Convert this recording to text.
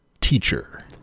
teacher